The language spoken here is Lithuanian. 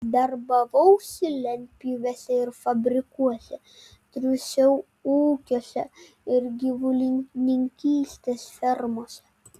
darbavausi lentpjūvėse ir fabrikuose triūsiau ūkiuose ir gyvulininkystės fermose